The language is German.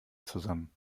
zusammen